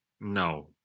No